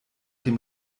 dem